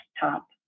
desktop